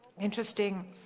Interesting